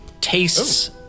tastes